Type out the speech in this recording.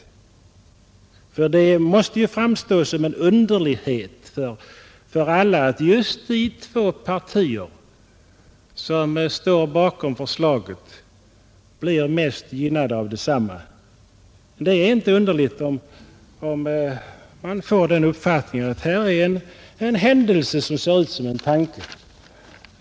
Det måste framstå som egendomligt för alla att just de två partier som står bakom förslaget blir mest gynnade av detsamma. Det är inte underligt om man får den uppfattningen att detta är en händelse som ser ut som en tanke.